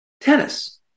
tennis